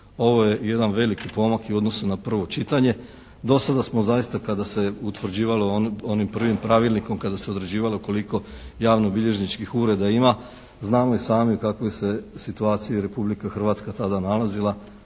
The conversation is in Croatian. Ovo je jedan veliki pomak i u odnosu na prvo čitanje. Do sada smo zaista kada se utvrđivalo onim prvim pravilnikom kada se određivalo koliko javnobilježničkih ureda ima znamo i sami u kakvoj se situaciji Republika Hrvatska tada nalazila